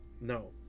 No